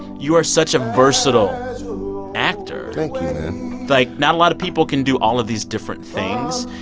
you are such a versatile actor like, not a lot of people can do all of these different things.